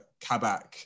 Kabak